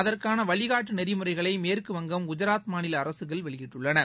அதற்கான வழிகாட்டி நெறிமுறைகளை மேற்குவங்கம் குஜராத் மாநில அரசுகள் வெளியிட்டுள்ளன